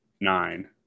nine